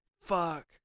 fuck